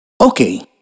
Okay